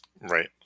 Right